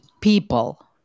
people